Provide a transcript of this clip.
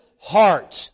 heart